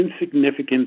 insignificant